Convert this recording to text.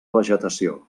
vegetació